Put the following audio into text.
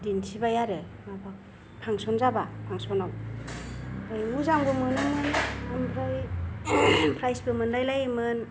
दिन्थिबाय आरो माबा फांसन जाबा फांसनाव मोजांबो मोनोमोन आमफ्राय प्राइज बो मोनलाय लायोमोन